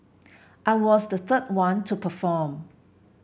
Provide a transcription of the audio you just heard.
I was the third one to perform